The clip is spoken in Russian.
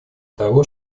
того